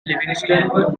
livingston